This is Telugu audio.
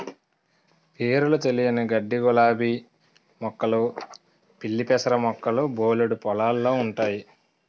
పేరులు తెలియని గడ్డిగులాబీ మొక్కలు పిల్లిపెసర మొక్కలు బోలెడు పొలాల్లో ఉంటయి